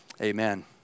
Amen